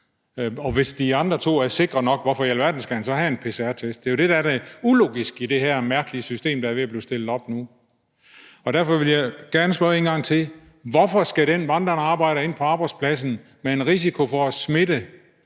Og hvis de andre to er sikre nok, hvorfor i alverden skal han så have en pcr-test? Det er jo det, der er det ulogiske i det her mærkelige system, der er ved at blive stillet op nu. Derfor vil jeg gerne spørge en gang til: Hvorfor skal den vandrende arbejder ind på arbejdspladsen med en risiko for at smitte